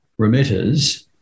remitters